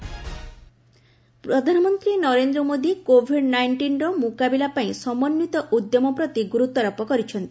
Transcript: PM Modi ପ୍ରଧାନମନ୍ତ୍ରୀ Narendra Modi Covid ନାଇଷ୍ଟିନର ମୁକାବିଲା ପାଇଁ ସମନ୍ୱିତ ଉଦ୍ୟମ ପ୍ରତି ଗୁରୁତ୍ୱାରୋପ କରିଛନ୍ତି